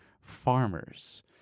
farmers